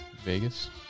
Vegas